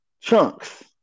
chunks